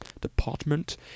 Department